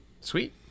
Sweet